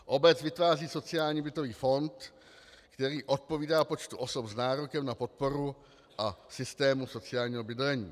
Obec vytváří sociální bytový fond, který odpovídá počtu osob s nárokem na podporu a systému sociálního bydlení.